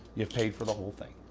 you've paid for the whole thing.